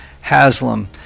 Haslam